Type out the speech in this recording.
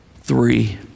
three